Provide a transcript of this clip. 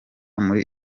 muri